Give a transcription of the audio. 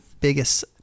biggest